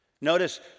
Notice